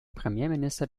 premierminister